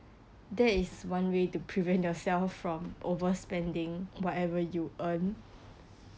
that is one way to prevent yourself from overspending whatever you earn